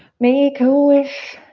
make a wish.